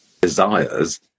desires